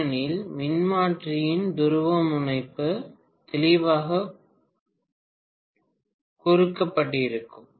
ஏனெனில் மின்மாற்றியின் துருவமுனைப்பு தெளிவாகக் குறிக்கப்பட்டிருக்கும்